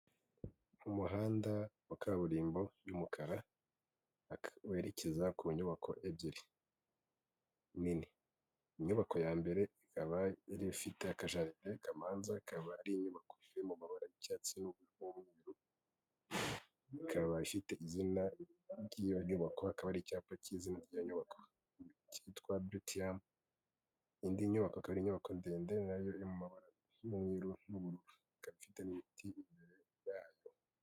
Umuhanda wa kaburimbo y'umukara werekeza ku nyubako ebyiri nini inyubako ya mbere ikaba yari ifite akajagari kamanza ikaba ari inyubako ivuye mu mabara y'icyatsi ikaba ifite izina ry'iyo nyubako akaba ari icyapa ki'izina nyubako kitwa bruutam indi nyubako inyubako ndende nayo iri n'ubururu gafite imiti.